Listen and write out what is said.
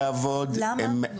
לא רשאים לעבוד.